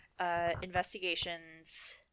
Investigations